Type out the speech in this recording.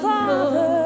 Father